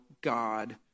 God